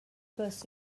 bws